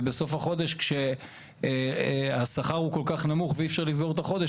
ובסוף החודש כאשר השכר הוא כל כך נמוך ואי אפשר לסגור את החודש,